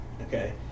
Okay